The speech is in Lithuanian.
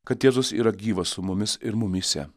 kad jėzus yra gyvas su mumis ir mumyse